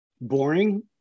boring